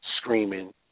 Screaming